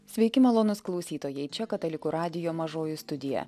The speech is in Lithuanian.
sveiki malonūs klausytojai čia katalikų radijo mažoji studija